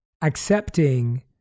accepting